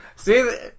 See